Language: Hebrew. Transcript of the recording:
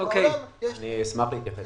כאשר בעולם יש תמהיל.